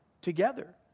together